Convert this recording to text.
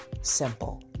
simple